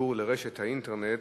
חיבור לרשת אינטרנט